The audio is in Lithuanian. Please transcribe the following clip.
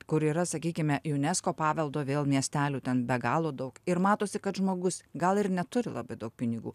kur yra sakykime unesco paveldo vėl miestelių ten be galo daug ir matosi kad žmogus gal ir neturi labai daug pinigų